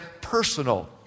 personal